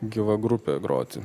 gyva grupė groti